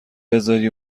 بزاری